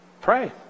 pray